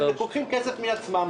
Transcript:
הם לוקחים כסף מעצמם,